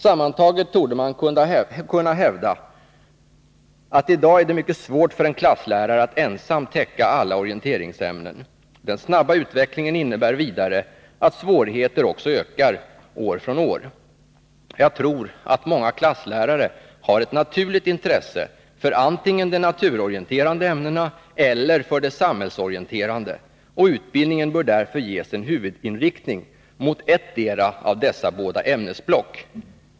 Sammantaget torde man kunna hävda att det i dag är mycket svårt för en klasslärare att ensam täcka alla orienteringsämnen. Den snabba utvecklingen innebär vidare att svårigheterna ökar år från år. Jag tror att många klasslärare har ett naturligt intresse för antingen de naturorienterande ämnena eller de samhällsorienterande, och utbildningen bör därför ges en huvudinriktning mot ettdera av dessa båda ämnesblock.